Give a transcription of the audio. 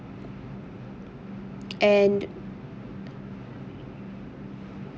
and